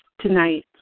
tonight